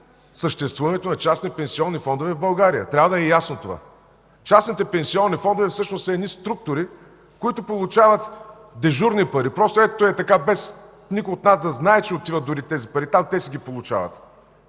съществуването на частни пенсионни фондове в България. Трябва да е ясно това. Частните пенсионни фондове всъщност са едни структури, които получават дежурни пари, просто ей-така, без никой от нас да знае, че отиват дори тези пари, там те ще ги получават.